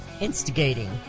instigating